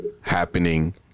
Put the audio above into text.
Happening